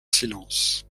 silence